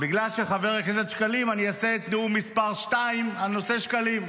ובגלל חבר הכנסת שקלים אני אעשה את נאום מס' 2 בנושא שקלים.